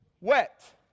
wet